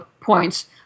points